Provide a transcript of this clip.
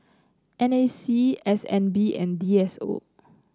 N A C S N B and D S O